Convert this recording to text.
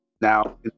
now